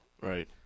Right